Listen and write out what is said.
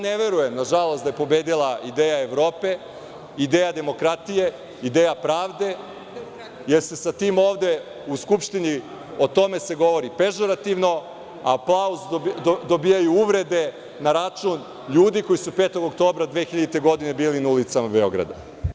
Ne verujem, nažalost, da je pobedila ideja Evrope, ideja demokratije, ideja pravde, jer se sa tim ovde u Skupštini govori pežorativno, a aplauz dobijaju uvrede na račun ljudi koji su 5. oktobra 2000. godine bili na ulicama Beograda.